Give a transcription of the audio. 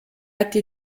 atti